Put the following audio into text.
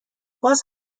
باز